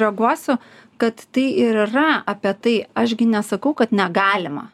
reaguosiu kad tai ir yra apie tai aš gi nesakau kad negalima